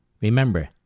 Remember